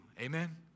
Amen